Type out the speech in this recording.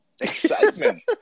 Excitement